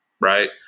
Right